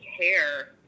care